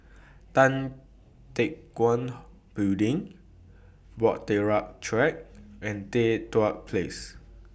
Tan Teck Guan Building Bahtera Track and Tan Place